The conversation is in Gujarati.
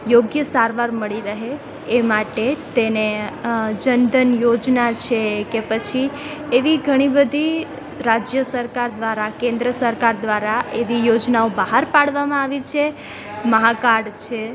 યોગ્ય સારવાર મળી રહે એ માટે તેને જનધન યોજના છે કે પછી એવી ઘણી બધી રાજ્ય સરકાર દ્વારા કેન્દ્ર સરકાર દ્વારા એવી યોજનાઓ બહાર પાડવામાં આવી છે મહાકાર્ડ છે